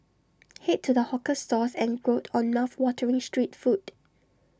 Head to the hawker stalls and gorge on laugh watering street food